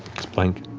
it's blank.